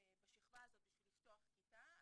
בשכבה הזאת בשביל לפתוח כיתה,